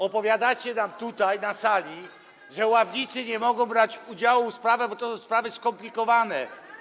Opowiadacie nam tutaj, na sali, że ławnicy nie mogą brać udziału w sprawach, bo to są sprawy skomplikowane.